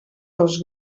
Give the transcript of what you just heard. dels